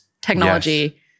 technology